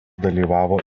dalyvavo